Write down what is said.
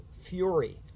fury